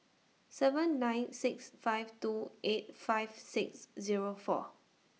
seven nine six five two eight five six Zero four